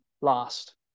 last